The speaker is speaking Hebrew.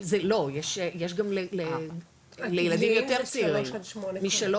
לא, יש גם לילדים יותר צעירים, משלוש עד שמונה.